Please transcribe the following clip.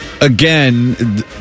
Again